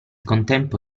contempo